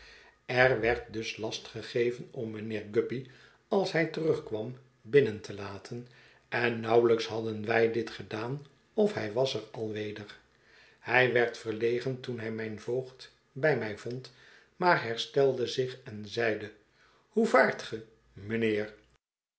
er werd dus last gegeven om mijnheer guppy als hij terugkwam binnen te laten en nauwelijks hadden wij dit gedaan of hij was er alweder hij werd verlegen toen hij mijn voogd bij mij vond maar herstelde zich en zeide hoe vaart